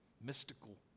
mystical